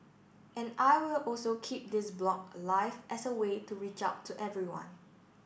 and I will also keep this blog alive as a way to reach out to everyone